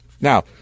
Now